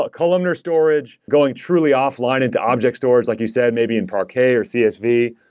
ah columnar storage going truly offline into object storage, like you said, maybe in parquet or csv.